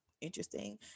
interesting